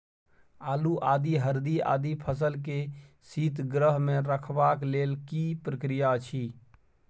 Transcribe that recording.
आलू, आदि, हरदी आदि फसल के शीतगृह मे रखबाक लेल की प्रक्रिया अछि?